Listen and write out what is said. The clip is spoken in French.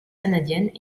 canadiennes